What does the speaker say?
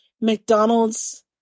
McDonald's